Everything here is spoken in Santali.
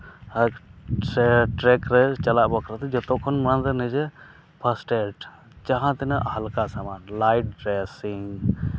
ᱟᱨ ᱴᱨᱮᱠ ᱴᱨᱮᱠ ᱨᱮ ᱪᱟᱞᱟᱜ ᱪᱟᱞᱟᱜ ᱵᱟᱠᱷᱨᱟᱛᱮ ᱡᱚᱛᱚ ᱠᱷᱚᱱ ᱢᱟᱲᱟᱝ ᱫᱚ ᱱᱤᱡᱮ ᱯᱷᱟᱥᱴᱮᱰ ᱡᱟᱦᱟᱸ ᱛᱤᱱᱟᱹᱜ ᱦᱟᱞᱠᱟ ᱥᱟᱢᱟᱱ ᱞᱟᱯᱷ ᱰᱨᱮᱥᱤᱝ